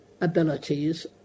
abilities